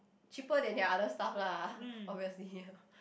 cheaper than the other stuff lah obviously